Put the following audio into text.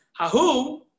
Hahu